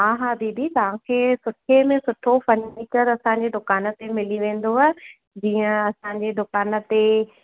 हा हा दीदी तव्हांखे सुठे में सुठो फर्निचर असांजे दुकान ते मिली वेंदुव जीअं असांजे दुकान ते